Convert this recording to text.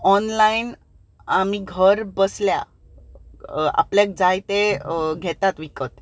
online आमी घर बसल्या आपल्याक जाय तें घेतात विकत